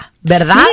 ¿verdad